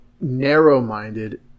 narrow-minded